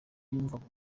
yumvaga